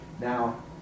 now